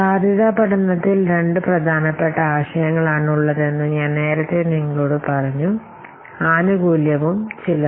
സാധ്യത പഠനത്തിൽ രണ്ടു പ്രധാനപ്പെട്ട ആശയങ്ങളാണ് ഉള്ളതെന്നു ഞാൻ നേരത്തെ നിങ്ങളോടു പറഞ്ഞു ആനുകൂല്യവും ചിലവും